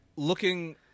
Looking